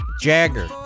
Jagger